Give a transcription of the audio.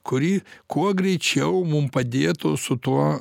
kuri kuo greičiau mum padėtų su tuo